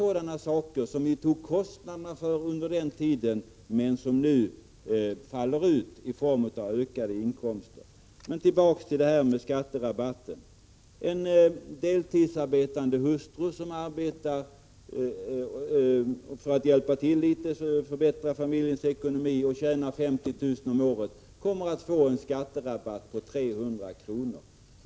Det är sådant som vi tog kostnaderna för under denna tid, men som nu faller ut i form av ökade inkomster. Tillbaka till skatterabatten: En deltidsarbetande hustru som arbetar för att hjälpa till med att förbättra familjens ekonomi och tjänar 50 000 kr. om året kommer att få en skatterabatt på 300 kr.